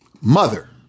Mother